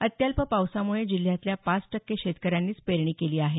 अत्यल्प पावसामुळे जिल्ह्यातल्या पाच टक्के शेतकऱ्यांनीच पेरणी केली आहे